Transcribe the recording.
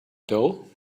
dough